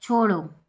छोड़ो